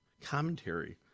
commentary